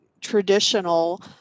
traditional